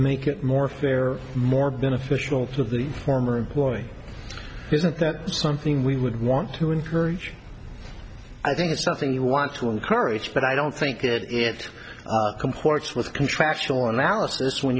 make it more fair more beneficial for the former employee isn't that something we would want to encourage i think it's something you want to encourage but i don't think it comports with contractual analysis when